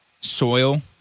soil